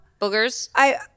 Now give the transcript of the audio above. Boogers